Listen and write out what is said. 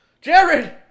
Jared